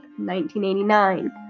1989